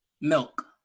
milk